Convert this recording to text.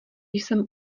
jsem